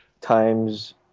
times